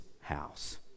house